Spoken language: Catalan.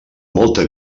molta